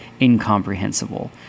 incomprehensible